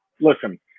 Listen